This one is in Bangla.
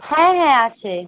হ্যাঁ হ্যাঁ আছে